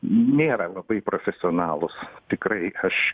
nėra labai profesionalūs tikrai aš